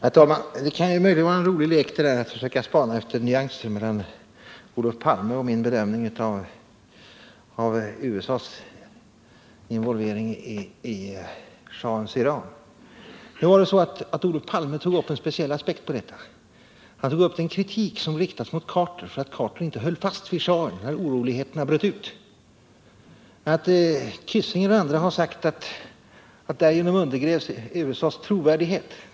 Herr talman! Det kan möjligen vara en rolig lek att spana efter nyanser mellan Olof Palmes och min bedömning av USA:s involvering i schahens Iran. Olof Palme tog upp en speciell aspekt av detta, nämligen den kritik som riktats mot Carter för att Carter inte höll fast vid schahen när oroligheterna bröt ut. Kissinger och andra har sagt att därigenom undergrävs USA:s trovärdighet.